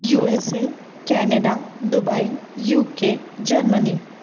USA Canada Dubai UK Germany